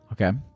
Okay